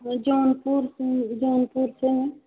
वो जौनपुर से जौनपुर के हैं